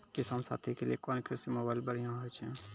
किसान साथी के लिए कोन कृषि मोबाइल बढ़िया होय छै?